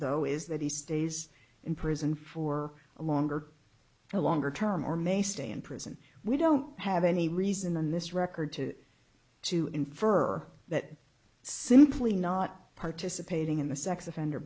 though is that he stays in prison for a longer and longer term or may stay in prison we don't have any reason in this record to to infer that simply not participating in the sex offender